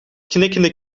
knikkende